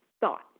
thought